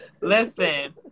Listen